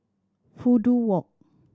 Fudu Walk